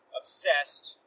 obsessed